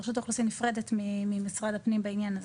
רשות האוכלוסין נפרדת ממשרד הפנים בעניין הזה,